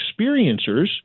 experiencers